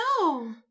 No